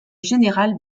général